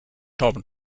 tom